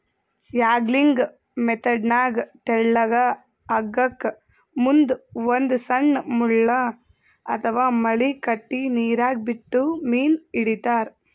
angling ಮೆಥೆಡ್ನಾಗ್ ತೆಳ್ಳಗ್ ಹಗ್ಗಕ್ಕ್ ಮುಂದ್ ಒಂದ್ ಸಣ್ಣ್ ಮುಳ್ಳ ಅಥವಾ ಮಳಿ ಕಟ್ಟಿ ನೀರಾಗ ಬಿಟ್ಟು ಮೀನ್ ಹಿಡಿತಾರ್